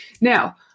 Now